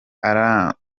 arabandanya